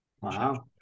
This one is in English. Wow